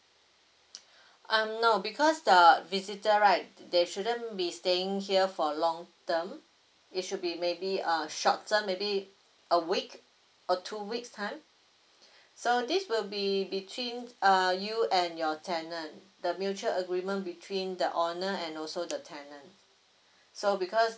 um no because the visitor right they shouldn't be staying here for a long term it should be maybe a shorter maybe a week or two weeks time so this will be between err you and your tenant the mutual agreement between the owner and also the tenant so because